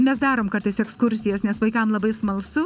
mes darom kartais ekskursijas nes vaikam labai smalsu